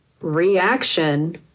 reaction